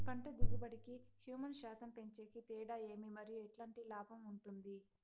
పంట దిగుబడి కి, హ్యూమస్ శాతం పెంచేకి తేడా ఏమి? మరియు ఎట్లాంటి లాభం ఉంటుంది?